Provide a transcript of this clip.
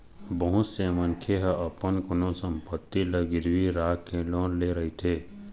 बहुत से मनखे ह अपन कोनो संपत्ति ल गिरवी राखके लोन ले रहिथे